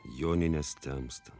joninės temsta